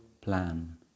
plan